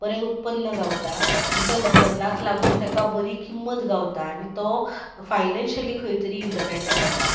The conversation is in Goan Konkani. बरें उत्पन्न गावता आनी त्या उत्पन्नाक लागून ताका बरी किंमत गावता आनी तो फायनेंशॉयली खंयतरी इंडेपेडंट जाता